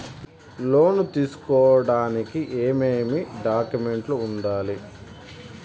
లోను తీసుకోడానికి ఏమేమి డాక్యుమెంట్లు ఉండాలి